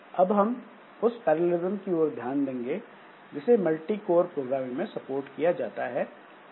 अब हम उस पैरेललिस्म की ओर ध्यान देंगे जिसे मल्टीकोर प्रोग्रामिंग में सपोर्ट किया जाता है